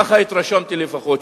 ככה התרשמתי לפחות,